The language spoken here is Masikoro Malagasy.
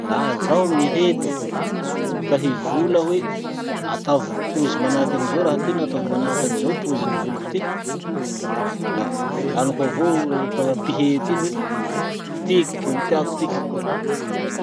Laha zaho mihety ka hivola hoe ataovy pozy manahaky anizao raha toy na ataovy manahaky anizao pozin'ny voloko tiky, la volaniko avao mpa- mpihety iny hoe, tiky gny tiako tiky.